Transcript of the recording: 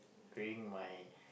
during my